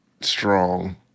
strong